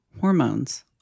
hormones